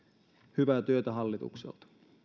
hyvää työtä hallitukselta